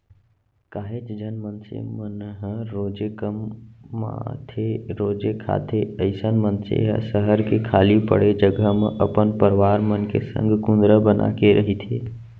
काहेच झन मनसे मन ह रोजे कमाथेरोजे खाथे अइसन मनसे ह सहर के खाली पड़े जघा म अपन परवार मन के संग कुंदरा बनाके रहिथे